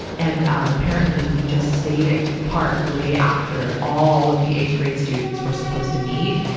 and, um, apparently, we just stayed at the park way after all of the eighth-grade students were supposed to meet.